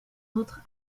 autres